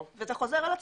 זה חוזר על עצמו.